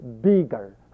bigger